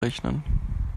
rechnen